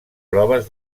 proves